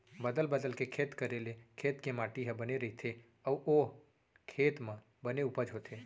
बदल बदल के खेत करे ले खेत के माटी ह बने रइथे अउ ओ खेत म बने उपज होथे